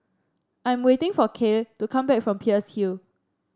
I'm waiting for Kaye to come back from Peirce Hill